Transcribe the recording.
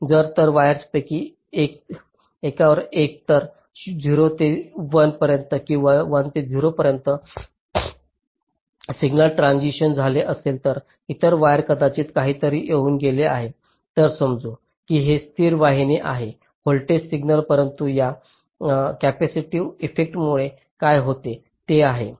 तर जर वायर्सपैकी एकावर एकतर 0 ते 1 पर्यंत किंवा 1 ते 0 पर्यंत सिग्नल ट्रान्सिशन झाले असेल तर इतर वायर कदाचित काहीतरी घेऊन गेले आहे तर समजू की हे स्थिर वाहिनी आहे व्होल्टेज सिग्नल परंतु या कॅपेसिटीव्ह इफेक्टमुळे काय होईल ते आहे